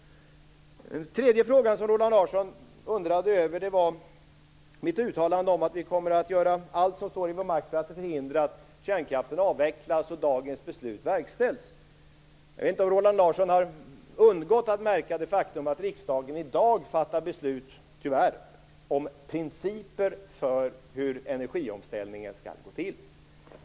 Det tredje som Roland Larsson undrade över var mitt uttalande om att vi kommer att göra allt som står i vår makt för att förhindra att kärnkraften avvecklas och dagens beslut verkställs. Jag vet inte om Roland Larsson har undgått att märka det faktum att riksdagen i dag fattar beslut, tyvärr, om principer för hur energiomställningen skall gå till.